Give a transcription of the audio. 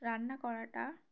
রান্না করাটা